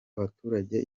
abaturage